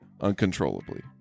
uncontrollably